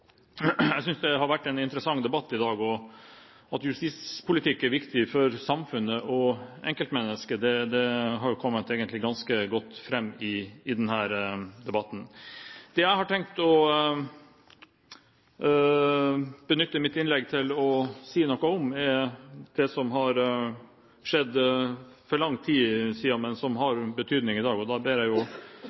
Jeg synes det har vært en interessant debatt i dag, og at justispolitikk er viktig for samfunnet og enkeltmennesket har egentlig kommet ganske godt fram i denne debatten. Det jeg har tenkt å benytte mitt innlegg til å si noe om, er noe som har skjedd for lang tid siden, men som har betydning i dag. Da ber jeg